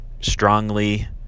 strongly